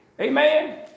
Amen